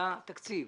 היה תקציב